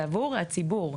זה עבור הציבור.